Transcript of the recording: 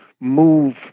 move